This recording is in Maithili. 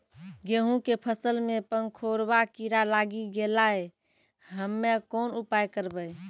गेहूँ के फसल मे पंखोरवा कीड़ा लागी गैलै हम्मे कोन उपाय करबै?